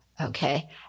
okay